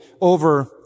over